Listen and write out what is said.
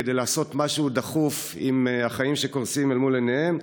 כדי לעשות משהו דחוף עם החיים שקורסים אל מול עיניהם,